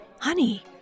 honey